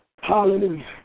Hallelujah